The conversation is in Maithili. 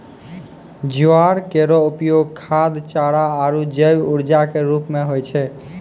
ज्वार केरो उपयोग खाद्य, चारा आरु जैव ऊर्जा क रूप म होय छै